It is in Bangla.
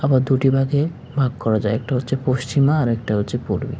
আবার দুটি ভাগে ভাগ করা যায় একটা হচ্ছে পশ্চিমা আর একটা হচ্ছে পূর্বী